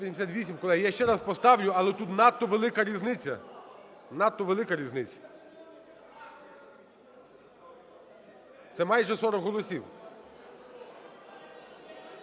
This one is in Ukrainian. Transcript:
За-188 Колеги, я ще раз поставлю, але тут надто велика різниця. Надто велика різниця – це майже 40 голосів.